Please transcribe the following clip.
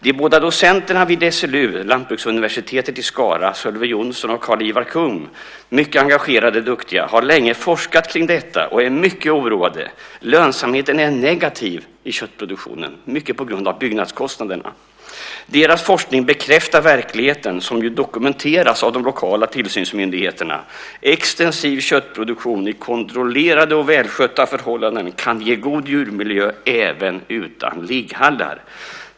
De båda docenterna vid SLU, Lantbruksuniversitet i Skara, Sölve Johnsson och Karl-Ivar Kumm som är mycket engagerade och duktiga har länge forskat om detta. De är mycket oroade. Lönsamheten är negativ i köttproduktionen, mycket på grund av byggnadskostnaderna. Deras forskning bekräftar verkligheten som dokumenteras av de lokala tillsynsmyndigheterna. Extensiv köttproduktion i kontrollerade och välskötta förhållanden kan ge god djurmiljö även utan ligghallar.